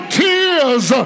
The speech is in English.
tears